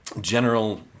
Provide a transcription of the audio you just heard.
general